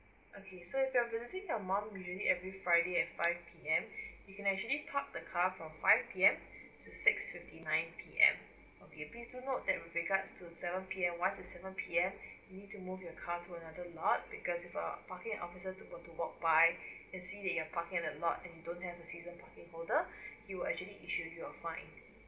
okay so if you're visiting your mum usually every friday at five P_M you can actually park the car from five P_M to six fifty nine P_M okay please do note that with regards to seven P_M once it seven P_M you need to move your car to another lot because if a parking officer to go to walk by and see that you're parking at the lot and you don't have the season parking holder he will actually issue you a fine